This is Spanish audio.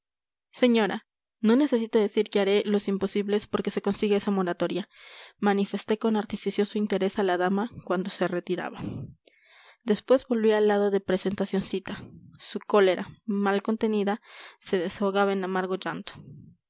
señora no necesito decir que haré los imposibles porque se consiga esa moratoria manifesté con artificioso interés a la dama cuando se retiraba después volví al lado de presentacioncita su cólera mal contenida se desahogaba en amargo llanto